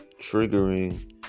triggering